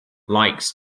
likes